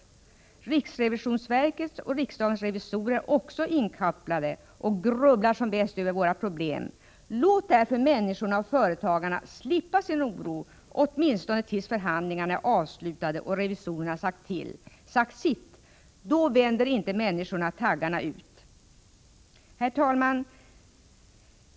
Riksrevisionsverket och riksdagens revisorer är också inkopplade och grubblar som bäst över våra problem. Låt därför människorna och företagarna slippa sin oro åtminstone tills förhandlingarna är avslutade och revisorerna sagt sitt. Då vänder inte människorna taggarna ut. Herr talman!